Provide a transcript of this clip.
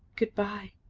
goodbye,